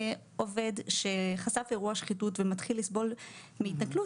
עובד שחשף אירוע שחיתות ומתחיל לסבול מהתנכלות,